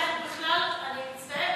אני מצטערת,